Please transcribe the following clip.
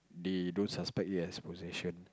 they don't suspect it as possession